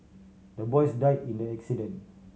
the boys died in the accident